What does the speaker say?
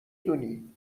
دونی